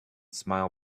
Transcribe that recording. smile